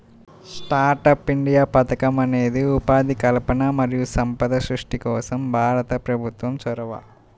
startup India పథకం అనేది ఉపాధి కల్పన మరియు సంపద సృష్టి కోసం భారత ప్రభుత్వం చొరవ